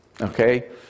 okay